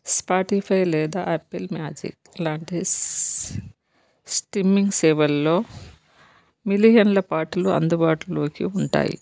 Spotify లేదా Apple magic లాంటి streaming సేవల్లో మిలియన్ల పాటలు అందుబాటులోకి ఉంటాయి